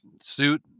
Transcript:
suit